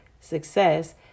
success